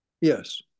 Yes